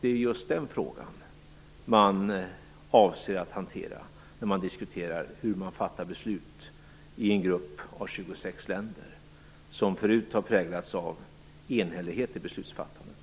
Det är just den frågan man avser att hantera när man diskuterar hur man fattar beslut i en grupp av 26 länder som förut har präglats av enhällighet i beslutsfattandet.